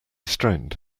strained